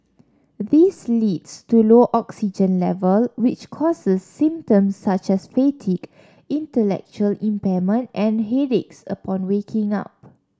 this leads to low oxygen level which causes symptoms such as fatigue intellectual impairment and headaches upon waking up